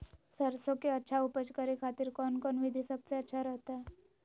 सरसों के अच्छा उपज करे खातिर कौन कौन विधि सबसे अच्छा रहतय?